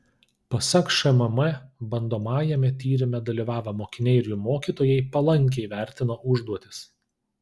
pasak šmm bandomajame tyrime dalyvavę mokiniai ir jų mokytojai palankiai vertino užduotis